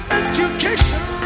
education